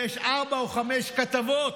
ויש ארבע או חמש כתבות.